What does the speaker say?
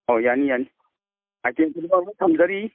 ꯑꯣ ꯌꯥꯅꯤ ꯌꯥꯅꯤ ꯑꯥꯏꯇꯦꯝ ꯈꯨꯗꯤꯡꯃꯛ ꯂꯣꯏ ꯊꯝꯖꯔꯤ